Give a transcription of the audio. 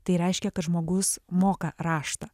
tai reiškia kad žmogus moka raštą